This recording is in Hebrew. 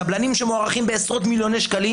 קבלנים שמוערכים בעשרות מיליוני שקלים